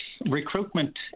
recruitment